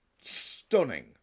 stunning